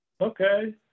okay